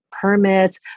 permits